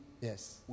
Yes